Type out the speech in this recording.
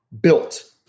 built